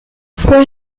fue